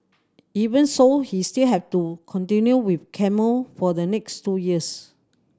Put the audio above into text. even so he still has to continue with chemo for the next two years